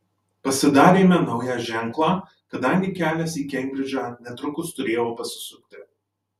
pasidarėme naują ženklą kadangi kelias į kembridžą netrukus turėjo pasisukti